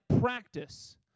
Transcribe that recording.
practice